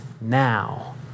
now